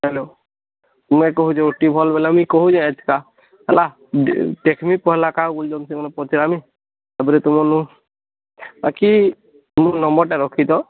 hello ମୁଇଁ କହୁଛେ tubewell ବାଲା ମି କହୁଛି ଏଇଟା ହେଲା ଟେକ୍ନିକ୍ ହେଲା କା ବୋଲିଛନ୍ତି ସେ କ ପଚାରାଲିନି ତାପରେ ତୁମରନୁ ବାକି ମୁଁ ନମ୍ୱରଟା ରଖିଥାଅ